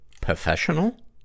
professional